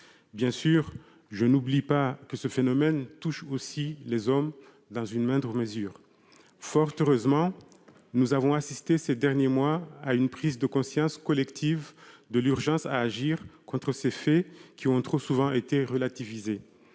Bien sûr, je n'oublie pas que ce phénomène touche aussi les hommes, dans une moindre mesure. Fort heureusement, nous avons assisté ces derniers mois à une prise de conscience collective de l'urgence à agir contre ces faits, qui ont trop souvent été relativisés.